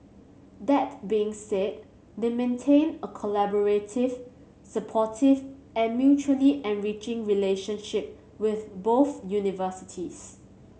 that being said they maintain a collaborative supportive and mutually enriching relationship with both universities